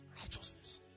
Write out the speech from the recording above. Righteousness